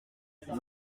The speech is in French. vous